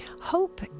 Hope